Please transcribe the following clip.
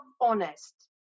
honest